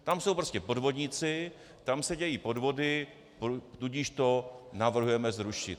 Tam jsou prostě podvodníci, tam se dějí podvody, tudíž to navrhujeme zrušit.